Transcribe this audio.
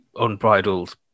unbridled